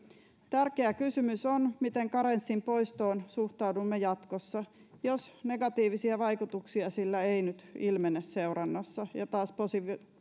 tärkeä kysymys on miten suhtaudumme karenssin poistoon jatkossa jos negatiivisia vaikutuksia sillä ei nyt ilmene seurannassa ja taas positiivisia